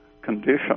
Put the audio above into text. condition